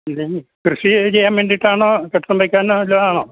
ഇതിനി കൃഷി ചെയ്യാൻ വേണ്ടിയിട്ടാണോ കെട്ടിടം വെക്കാൻ വല്ലതും ആണോ